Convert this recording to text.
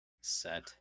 Set